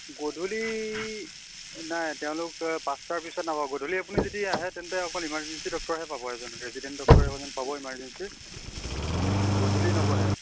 গধূলি নাই তেওঁলোক পাঁচটাৰ পিছত নাপায় গধূলি আপুনি যদি আহে তেন্তে অকল ইমাৰজেঞ্চি ডক্তৰহে পাব এজন ৰেচিডেণ্ট ডক্তৰ এজন পাব ইমাৰজেঞ্চিত গধূলি নবহে